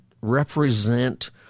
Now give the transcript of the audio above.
represent